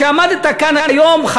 כשעמדת כאן היום,